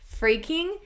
freaking